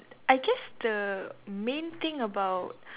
I guess the main thing about